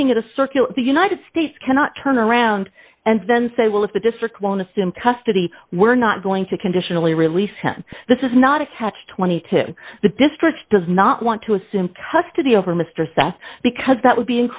looking at a circular the united states cannot turn around and then say well if the district won't assume custody we're not going to conditionally release him this isn't not a catch twenty two dollars the district does not want to assume custody over mr seth because that would be